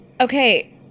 okay